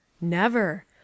Never